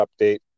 update